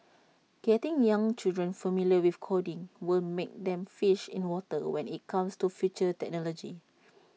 getting young children familiar with coding will make them fish in water when IT comes to future technology